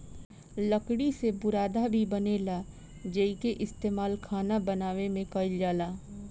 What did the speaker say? लकड़ी से बुरादा भी बनेला जेइके इस्तमाल खाना बनावे में कईल जाला